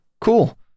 cool